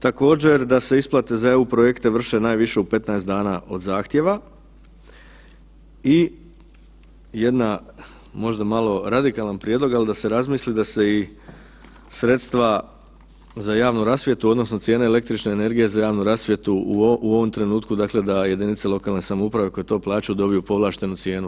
Također, da se isplate za EU projekte vrše najviše u 15 dana od zahtjeva i jedna možda radikalan prijedlog, ali da se razmisli i da se i sredstva za javnu rasvjetu odnosno cijene električne energije za javnu rasvjetu u ovom trenutku dakle da jedinice lokalne samouprave koje to plaćaju dobiju povlaštenu cijenu.